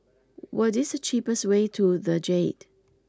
what is the cheapest way to The Jade